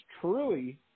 truly